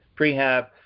prehab